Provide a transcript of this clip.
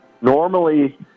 Normally